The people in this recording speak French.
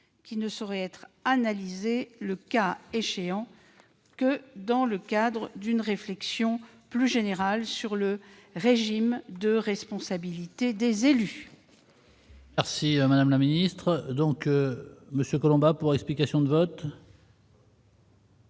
qui ne saurait être analysée, le cas échéant, que dans le cadre d'une réflexion plus générale sur le régime de responsabilité des élus. La parole est à M. Pierre-Yves Collombat, pour explication de vote.